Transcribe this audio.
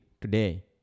today